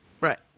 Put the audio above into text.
Right